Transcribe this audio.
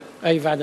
ועדה?